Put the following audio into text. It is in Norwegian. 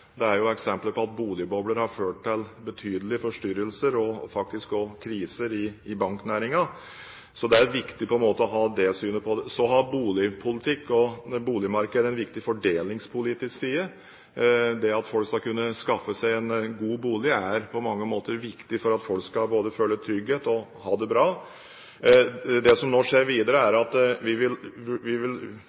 Det er jo eksempler på at boligbobler har ført til betydelige forstyrrelser og faktisk også kriser i banknæringen. Så det er viktig å ha det synet på det. Boligpolitikk og boligmarkedet har også en viktig fordelingspolitisk side. Det at folk skal kunne skaffe seg en god bolig, er på mange måter viktig for at folk skal føle trygghet og ha det bra. Det som nå skjer videre, er at vi vil drøfte dette spørsmålet i forbindelse med fordelingsmeldingen, som regjeringen vil